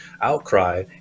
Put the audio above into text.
outcry